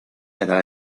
cada